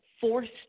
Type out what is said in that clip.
forced